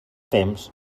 temps